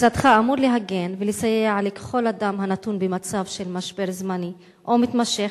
משרדך אמור להגן ולסייע לכל אדם הנתון במצב של משבר זמני או מתמשך,